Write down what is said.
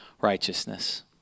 righteousness